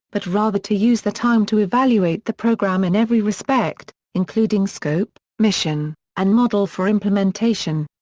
but rather to use the time to evaluate the program in every respect, including scope, mission, and model for implementation.